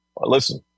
Listen